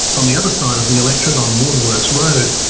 on the other side of the electorate, on waterworks road,